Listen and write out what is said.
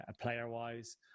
player-wise